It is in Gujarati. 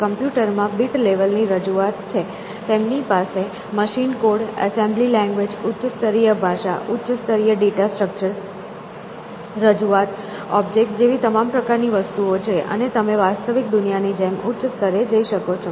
કમ્પ્યુટર માં બીટ લેવલની રજૂઆત છે તેમની પાસે મશીન કોડ એસેમ્બલી લેંગ્વેજ ઉચ્ચસ્તરીય ભાષા ઉચ્ચસ્તરીય ડેટા સ્ટ્રક્ચર્સ રજૂઆત ઓબ્જેક્ટ્સ જેવી તમામ પ્રકારની વસ્તુઓ છે અને તમે વાસ્તવિક દુનિયાની જેમ ઉચ્ચ સ્તરે જઈ શકો છો